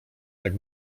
tak